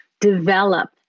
develop